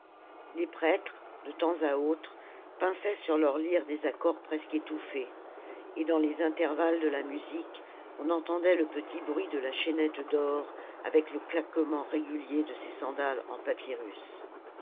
les prêtres de temps à autre pinçaient sur leurs lyres des accords presque étouffés et dans les intervalles de la musique on entendait le petit bruit de la chaînette d'or avec le claquement régulier de ses sandales en